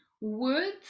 words